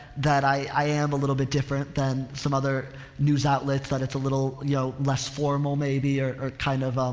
that i, i am a little bit different than some other news outlets that's it's a little you know less formal maybe or, or kind of, um,